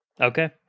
Okay